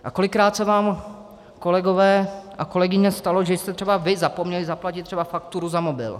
A kolikrát se vám, kolegové a kolegyně, stalo, že jste třeba vy zapomněli zaplatit třeba fakturu za mobil.